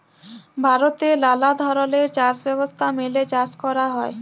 ভারতে লালা ধরলের চাষ ব্যবস্থা মেলে চাষ ক্যরা হ্যয়